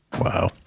Wow